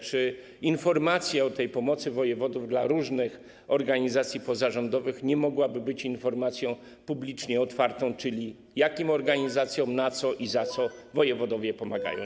Czy informacja o tej pomocy wojewodów dla różnych organizacji pozarządowych nie mogłaby być informacją publicznie otwartą, czyli jakim organizacjom, na co i za co wojewodowie pomagają?